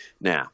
Now